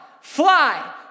fly